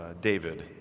David